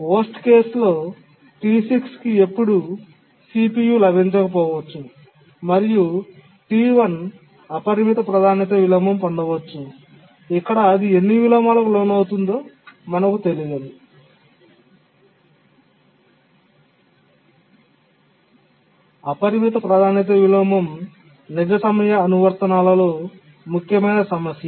చెత్త సందర్భంలో T6 కి ఎప్పుడూ CPU లభించకపోవచ్చు మరియు T1 అపరిమిత ప్రాధాన్యత విలోమం పొందవచ్చు ఇక్కడ అది ఎన్ని విలోమాలకు లోనవుతుందో మనకు తెలియదు అపరిమిత ప్రాధాన్యత విలోమం నిజ సమయ అనువర్తనాలలో ముఖ్యమైన సమస్య